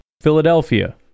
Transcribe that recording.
Philadelphia